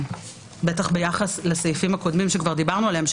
בטח ביחס לסעיפים הקודמים שדיברנו עליהם,